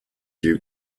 you